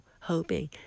hoping